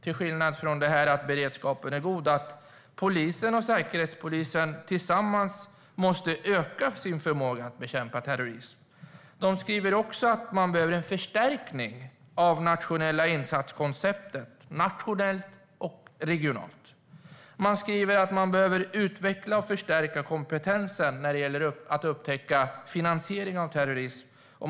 Till skillnad från det här att beredskapen är god skriver man där att polisen och säkerhetspolisen tillsammans måste öka sin förmåga att bekämpa terrorism. Man skriver också att man behöver en förstärkning av det nationella insatskonceptet, nationellt och regionalt. Man skriver att man behöver utveckla och förstärka kompetensen när det gäller att upptäcka finansiering av terrorism.